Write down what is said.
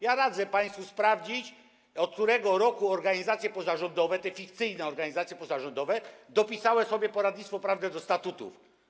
Ja radzę państwu sprawdzić, od którego roku organizacje pozarządowe, te fikcyjne organizacje pozarządowe, dopisywały sobie poradnictwo prawne do statutu.